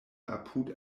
apud